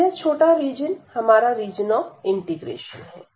तो यह छोटा रीजन हमारा रीजन ऑफ इंटीग्रेशन है